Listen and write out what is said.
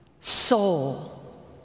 soul